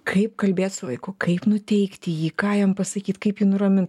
kaip kalbėt su vaiku kaip nuteikt jį ką jam pasakyt kaip jį nuramint